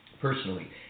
personally